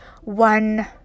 one